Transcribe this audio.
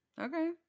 Okay